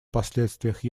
последствиях